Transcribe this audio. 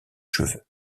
cheveux